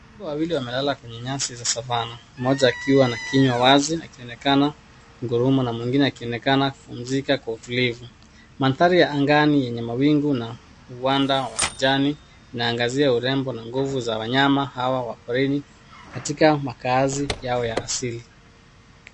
Simba wawili wamelala kwenye nyasi za savana, moja akiwa na kinywa wazi akionekana akinguruma na mwingine akionekana kupumzika kwa utulivu. Mandhari ya angani yenye mawingu na uwanda wa kijani inaangazia urembo na nguvu za wanyama hawa wa porini katika makazi yao ya asili.